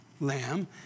lamb